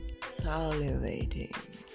salivating